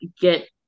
get